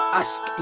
ask